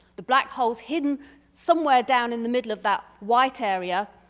the black hole's hidden somewhere down in the middle of that white area.